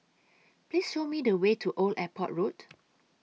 Please Show Me The Way to Old Airport Road